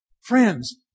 Friends